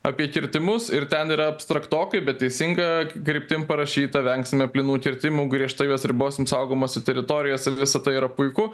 apie kirtimus ir ten yra abstraktokai bet teisinga kryptim parašyta vengsime plynų kirtimų griežtai juos ribosim saugomose teritorijose visa tai yra puiku